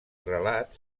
relats